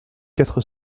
quatre